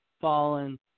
Fallen